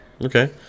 Okay